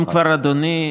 אם כבר, אדוני,